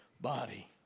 body